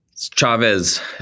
Chavez